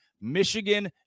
Michigan